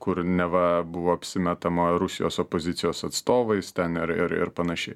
kur neva buvo apsimetama rusijos opozicijos atstovais ten ir ir ir panašiai